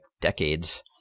decades